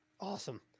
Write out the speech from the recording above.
Awesome